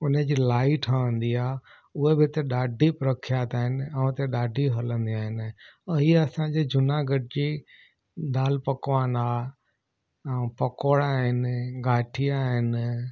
उन जी लाई ठहंदी आहे उहा बि हिते ॾाढी प्रख्यात आहिनि ऐं हिते ॾाढी हलंदियूं आहिनि ऐं हीअं असांजे जूनागढ़ जी दाल पकवान आहे ऐं पकौड़ा आहिनि गाठिया आहिनि